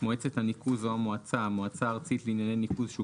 "מועצת הניקוז" או "המועצה" המועצה הארצית לענייני